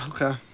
Okay